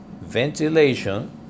ventilation